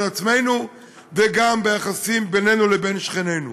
עצמנו וגם ביחסים בינינו לבין שכנינו?